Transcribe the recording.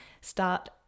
start